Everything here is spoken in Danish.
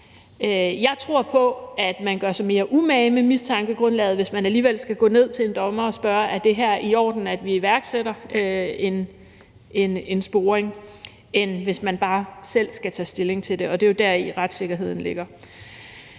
Jeg tror på, at man gør sig mere umage med mistankegrundlaget, hvis man alligevel skal gå ned til en dommer og spørge, om det er i orden, at der iværksættes en sporing, end hvis man bare selv skal tage stilling til det, og det er jo deri, retssikkerhed ligger.